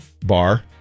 bar